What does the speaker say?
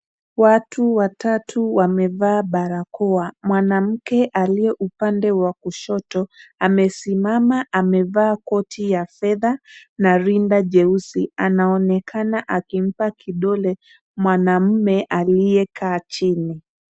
Watu watatu wamevaa barakoa. Mwanamke aliye upande wa kushoto, amesimama amevaa koti ya fedha na rinda jeusi. Anaonekana akimpa kidole, mwanamume aliye kaa chini.